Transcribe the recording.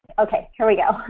okay, here we go.